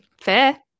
Fair